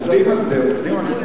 עובדים על זה, עובדים על זה.